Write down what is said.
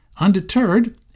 Undeterred